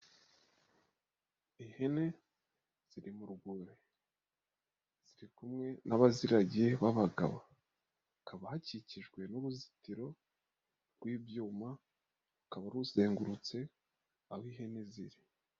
Ihene ziri mu rwuri, ziri kumwe n'abaziragiye b'abagabo, hakaba hakikijwe n'uruzitiro rw'ibyuma, rukaba ruzengurutse, aho ihene ziri.